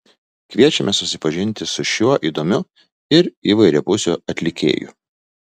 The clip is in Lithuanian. kviečiame susipažinti su šiuo įdomiu ir įvairiapusiu atlikėju